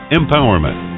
empowerment